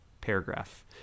paragraph